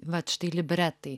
vat štai libretai